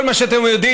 זה כל מה שאתם יודעים.